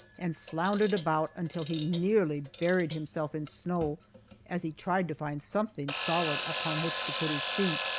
and floundered about until he nearly buried himself in snow as he tried to find something solid upon which to put his feet.